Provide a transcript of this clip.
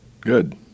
good